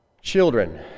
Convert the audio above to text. Children